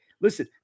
Listen